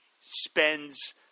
spends